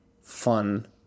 fun